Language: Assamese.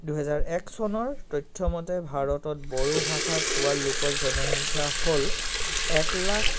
দুহেজাৰ এক চনৰ তথ্য মতে ভাৰতত বড়োভাষা কোৱা লোকৰ জনসংখ্যা হ'ল এক লাখ